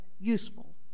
useful